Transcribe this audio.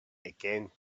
again